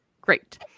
great